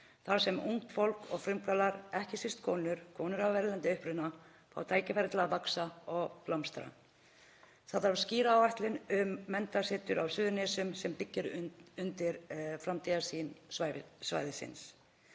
þar sem ungt fólk og frumkvöðlar, ekki síst konur, konur af erlendum uppruna, fá tækifæri til að vaxa og blómstra. Það þarf skýra áætlun um menntasetur á Suðurnesjum sem byggir undir framtíðarsýn svæðisins.